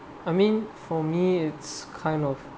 I mean for me it's kind of